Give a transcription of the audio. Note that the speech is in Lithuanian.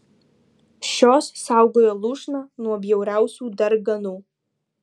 šios saugojo lūšną nuo bjauriausių darganų